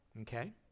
okay